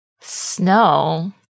Snow